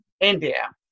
India